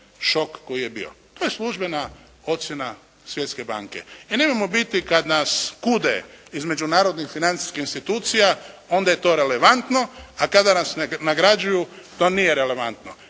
šok koji je bio. To je službena ocjena Svjetske banke. I nemojmo biti kad nas kude između narodnih financijskih institucija, onda je to relevantno, a kada nas nagrađuju to nije relevantno.